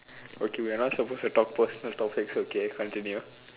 okay we are not supposed to talk personal topics okay continue